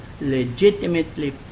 legitimately